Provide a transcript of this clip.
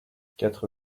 quatre